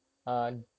mm